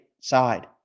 side